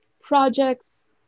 projects